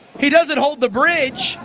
he doesnt hold the bridge,